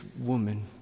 woman